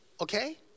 Okay